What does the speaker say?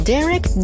Derek